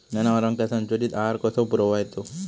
जनावरांका संतुलित आहार कसो पुरवायचो?